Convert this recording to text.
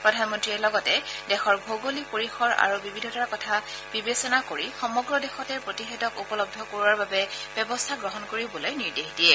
প্ৰধানমন্ত্ৰীয়ে লগতে দেশৰ ভৌগোলিক পৰিসৰ আৰু বিবিধতাৰ কথা বিবেচনা কৰি সমগ্ৰ দেশতে প্ৰতিষেধক উপলব্ধ কৰোৱাৰ বাবে ব্যৱস্থা গ্ৰহণ কৰিবলৈ নিৰ্দেশ দিয়ে